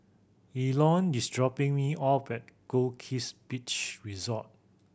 Elon is dropping me off at Goldkist Beach Resort